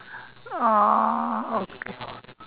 oh okay